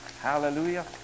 Hallelujah